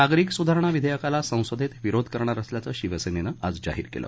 नागरीक सुधारणा विधेयकाला संसदेत विरोध करणार असल्याचं शिवसेनेनं आज जाहीर केलं